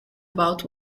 about